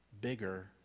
bigger